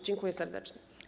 Dziękuję serdecznie.